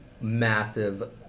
massive